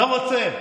לא רוצה.